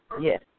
yes